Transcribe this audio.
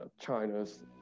China's